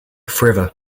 forever